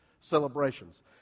celebrations